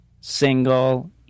single